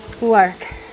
work